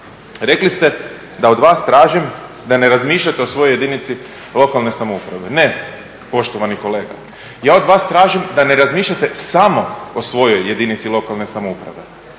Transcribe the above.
rekli ste da od vas tražim da ne razmišljate o svojoj jedinici lokalne samouprave, ne poštovani kolega, ja od vas tražim da ne razmišljate samo o svojoj jedinici lokalne samouprave. Vi